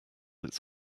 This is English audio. its